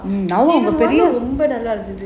ரொம்ப நல்லா இருந்தது:romba nallaa irunthathu